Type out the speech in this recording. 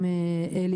גם מישראל,